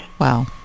Wow